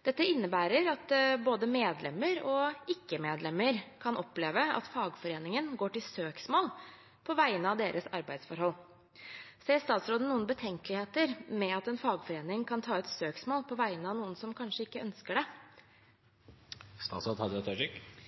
Dette innebærer at både medlemmer og ikke-medlemmer kan oppleve at fagforeningen går til søksmål på bakgrunn av deres arbeidsforhold. Ser statsråden noen problemer med at en fagforening kan ta ut søksmål på vegne av noen som kanskje ikke ønsker det?»